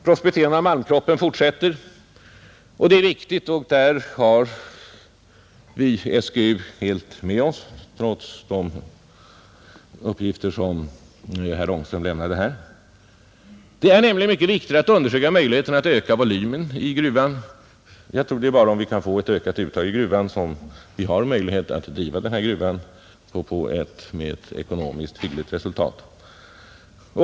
Prospekteringen av malmkroppen fortsätter, och där har vi SGU helt med oss, trots de uppgifter som herr Ångström här lämnat. Det är nämligen mycket viktigt att undersöka möjligheterna att öka volymen i gruvan. Jag tror att det bara är under förutsättning att vi kan få ett ökat uttag som vi har möjligheter att driva Stekenjokkgruvan med ekonomiskt hyggligt resultat.